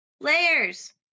layers